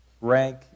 Rank